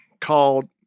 Called